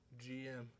GM